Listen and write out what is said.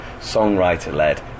songwriter-led